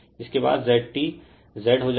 Refer Slide Time 3713 इसलिए Z यह value मिली